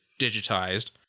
digitized